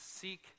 seek